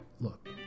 look